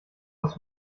aus